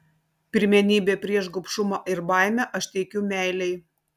pirmenybę prieš gobšumą ir baimę aš teikiu meilei